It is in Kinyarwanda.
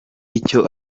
icyo